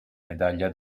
medaglia